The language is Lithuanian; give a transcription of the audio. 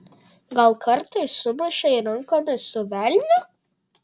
gal kartais sumušei rankomis su velniu